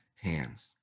hands